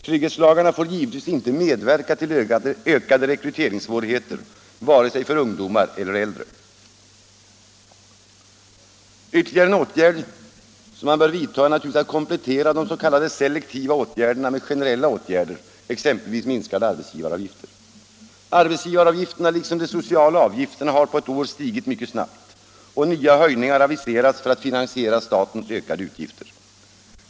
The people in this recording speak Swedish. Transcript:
Trygghetslagarna får givetvis inte medverka till ökade rekryteringssvårigheter vare sig för ungdomar eller för äldre. En fjärde åtgärd som man bör vidta är naturligtvis att komplettera dess.k. selektiva åtgärderna med generella åtgärder, exempelvis minskade arbetsgivaravgifter. Arbetsgivaravgifterna liksom de sociala avgifterna har på ett par år stigit mycket snabbt, och nya höjningar aviseras för att finansiera statens ökade utgifter.